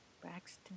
Braxton